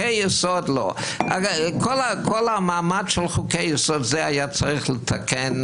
את כל המעמד של חוקי יסוד היה צריך לתקן,